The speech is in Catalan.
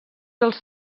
els